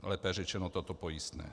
Lépe řečeno toto pojistné.